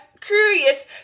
curious